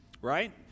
right